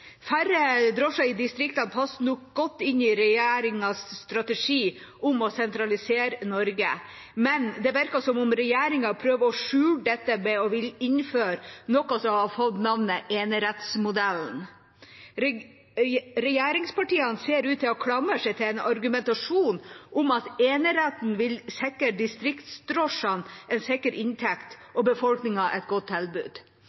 Færre drosjer i distriktene passer nok godt inn i regjeringas strategi om å sentralisere Norge, men det virker som om regjeringa prøver å skjule dette ved å ville innføre noe som har fått navnet enerettsmodellen. Regjeringspartiene ser ut til å klamre seg til en argumentasjon om at eneretten vil sikre distriktsdrosjene en sikker inntekt og befolkningen et godt tilbud.